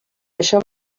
això